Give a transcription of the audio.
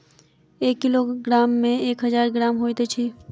एक किलोग्राम मे एक हजार ग्राम होइत अछि